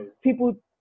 people